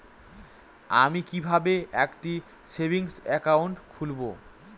আমি কিভাবে একটি সেভিংস অ্যাকাউন্ট খুলব?